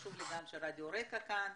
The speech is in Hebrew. חשוב שגם רדיו רק"ע כאן,